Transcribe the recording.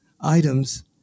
items